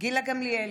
גילה גמליאל,